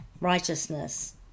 righteousness